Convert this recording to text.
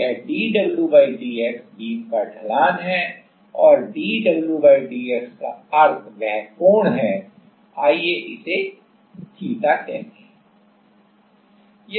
तो dwdx यह dwdx beam का ढलान slope है और dwdx का अर्थ वह कोण है आइए इसे थीटा theta कहें